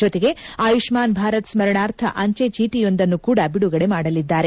ಜೊತೆಗೆ ಆಯುಷ್ಲಾನ್ ಭಾರತ್ ಸ್ನರಣಾರ್ಥ ಅಂಜೆ ಚೀಟಿಯೊಂದನ್ನು ಕೂಡಾ ಬಿಡುಗಡೆ ಮಾಡಲಿದ್ದಾರೆ